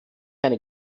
eine